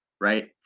right